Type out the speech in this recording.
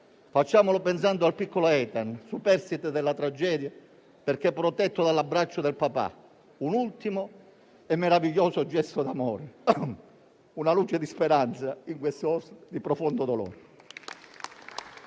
Facciamolo pensando al piccolo Eitan, superstite della tragedia perché protetto dall'abbraccio del papà, un ultimo e meraviglioso gesto d'amore, una luce di speranza in questo momento di profondo dolore.